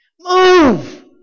Move